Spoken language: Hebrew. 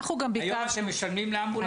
היום אתם משלמים לאמבולנסים פרטיים?